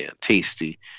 tasty